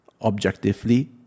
objectively